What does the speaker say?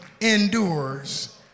endures